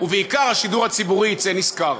ובעיקר השידור הציבורי יצא נשכר.